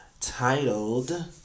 Titled